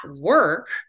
work